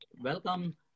Welcome